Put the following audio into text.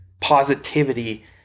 positivity